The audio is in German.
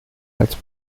als